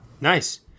Nice